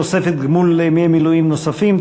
תוספת גמול לימי מילואים נוספים),